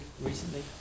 recently